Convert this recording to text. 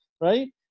Right